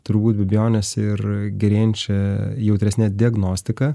turbūt be abejonės ir gerėjančia jautresne diagnostika